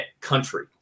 country